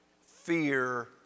fear